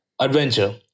Adventure